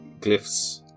glyphs